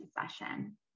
Session